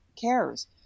cares